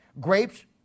Grapes